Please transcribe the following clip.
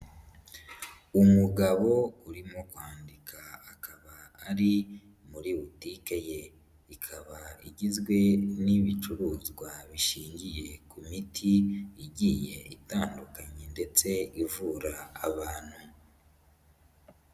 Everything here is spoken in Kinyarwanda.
Umugabo urimo kwandika akaba ari muri butike ye, ikaba igizwe n'ibicuruzwa bishingiye ku miti igiye itandukanye ndetse ivura abantu.